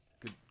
Good